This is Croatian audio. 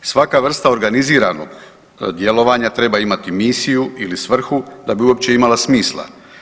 Svaka vrsta organiziranog djelovanja treba imati misiju ili svrhu da bi uopće imala smisla.